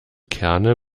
kerne